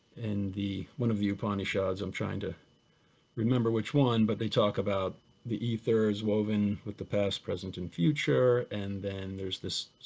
and one of the upanishads, i'm trying to remember which one, but they talk about the ethers woven with the past, present, and future, and then there's this